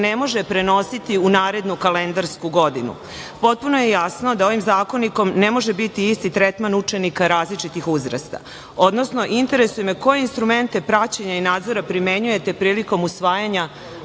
ne može prenositi u narednu kalendarsku godinu? Potpuno je jasno da ovim zakonikom ne može biti isti tretman učenika različitih uzrasta, odnosno interesuje me koje instrumente praćenja i nadzora primenjujete prilikom usvajanja